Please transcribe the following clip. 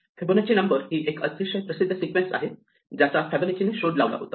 Fibonacci numbers ही एक अतिशय प्रसिद्ध सिक्वेन्स आहे ज्याचा फिबोनाची ने शोध लावला होता